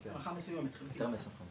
זה הנחה מסוימת, חלקית.